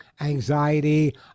anxiety